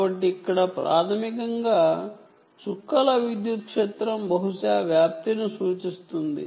కాబట్టి ఇక్కడ ప్రాథమికంగా చుక్కల విద్యుత్ క్షేత్రం బహుశా ఆంప్లిట్యూడ్ ని సూచిస్తుంది